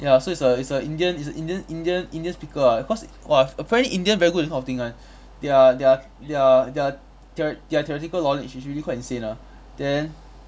ya so it's a it's a indian it's a indian indian indian speaker ah cause !wah! apparently indian very good at this kind of thing [one] their their their their theore~ their theoretical knowledge is really quite insane ah then